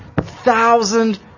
thousand